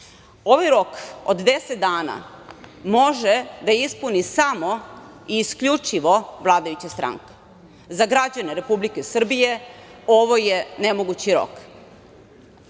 rok od 10 dana može da ispuni samo i isključivo vladajuća stranka. Za građane Republike Srbije ovo je nemogući